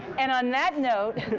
and on that note,